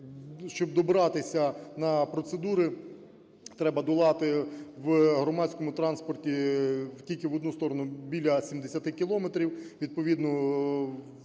щоб добратися на процедури, треба долати в громадському транспорті тільки в одну сторону біля 70 кілометрів,